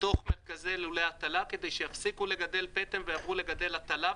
בתוך מרכזי לולי הטלה כדי שיפסיקו לגדל פטם ויעברו לגדל הטלה,